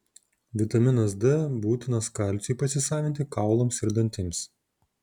vitaminas d būtinas kalciui pasisavinti kaulams ir dantims